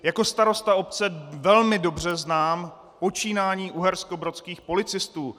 Jako starosta obce velmi dobře znám počínání uherskobrodských policistů.